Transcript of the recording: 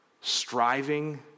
striving